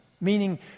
Meaning